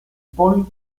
pol